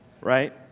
right